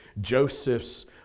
Joseph's